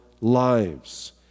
lives